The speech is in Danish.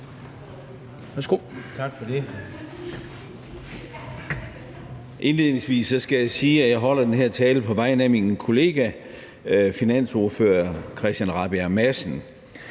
(S): Tak for det. Indledningsvis skal jeg sige, at jeg holder den her tale på vegne af min kollega finansordfører Christian Rabjerg Madsen.